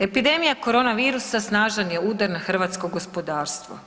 Epidemija korona virusa snažan je udar na hrvatsko gospodarstvo.